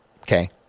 okay